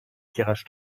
tirage